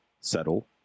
settle